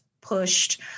pushed